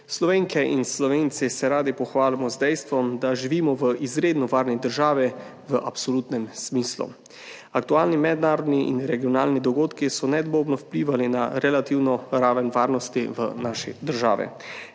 Slovenke in Slovenci se radi pohvalimo z dejstvom, da živimo v izredno varni državi v absolutnem smislu. Aktualni mednarodni in regionalni dogodki so nedvomno vplivali na relativno raven varnosti v naši državi,